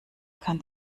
kann